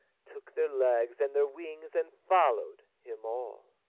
took their legs and their wings and followed him all